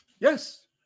Yes